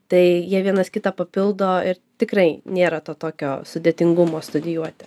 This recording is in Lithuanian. tai jie vienas kitą papildo ir tikrai nėra to tokio sudėtingumo studijuoti